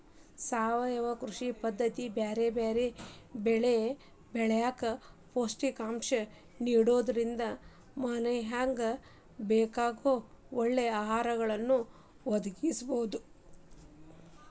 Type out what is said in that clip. ಸಾವಯವ ಕೃಷಿ ಪದ್ದತಿ ಬ್ಯಾರ್ಬ್ಯಾರೇ ಬೆಳಿ ಬೆಳ್ಯಾಕ ಪ್ರೋತ್ಸಾಹ ನಿಡೋದ್ರಿಂದ ಮನಶ್ಯಾಗ ಬೇಕಾಗೋ ಒಳ್ಳೆ ಆಹಾರವನ್ನ ಒದಗಸಬೋದು